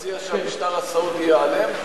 שהנשיא של המשטר הסעודי ייעלם?